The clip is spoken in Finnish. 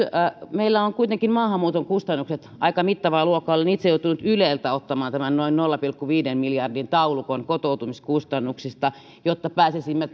meillä ovat kuitenkin maahanmuuton kustannukset aika mittavaa luokkaa olen itse joutunut yleltä ottamaan tämän noin nolla pilkku viiden miljardin taulukon kotoutumiskustannuksista jotta pääsisimme